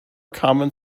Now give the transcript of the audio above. common